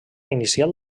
inicial